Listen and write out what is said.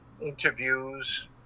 interviews